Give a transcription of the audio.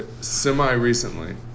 semi-recently